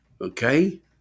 okay